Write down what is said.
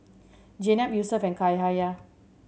Jenab Yusuf and Cahaya